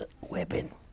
weapon